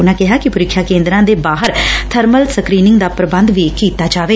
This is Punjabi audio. ਉਨਾਂ ਕਿਹਾ ਕਿ ਪ੍ਰੀਖਿਆ ਕੇਂਦਰਾਂ ਦੇ ਬਾਹਰ ਬਰਮਲ ਸਕਰੀਨੰਗ ਦਾ ਪ੍ਰਬੂੰਧ ਵੀ ਕੀਤਾ ਜਾਏ